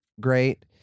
great